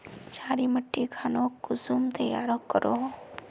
क्षारी मिट्टी खानोक कुंसम तैयार करोहो?